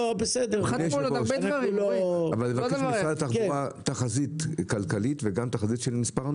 לבקש ממשרד התחבורה תחזית כלכלית וגם תחזית של מספר הנוסעים.